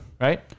Right